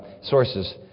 sources